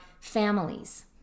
families